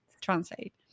translate